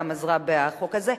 וגם עזרה בחוק הזה.